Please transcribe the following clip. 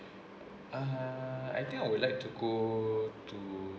ah I think I would like to go to